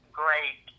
great